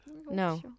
No